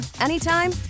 anytime